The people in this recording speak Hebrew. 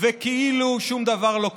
וכאילו שום דבר לא קורה.